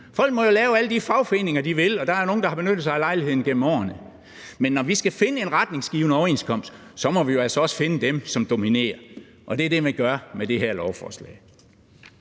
folk må jo lave alle de fagforeninger, de vil, og der er nogle, der har benyttet sig af lejligheden gennem årene. Men når vi skal finde en retningsgivende overenskomst, må vi altså også finde dem, som dominerer, og det er det, man gør med det her lovforslag.